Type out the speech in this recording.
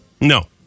No